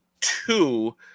two